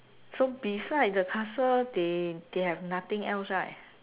so beside the castle they they have nothing else right